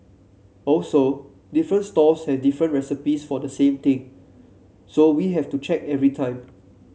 also different stalls have different recipes for the same thing so we have to check every time